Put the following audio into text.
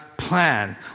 Plan